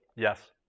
Yes